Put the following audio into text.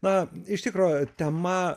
na iš tikro tema